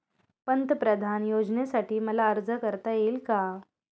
पंतप्रधान योजनेसाठी मला अर्ज करता येईल का?